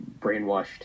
brainwashed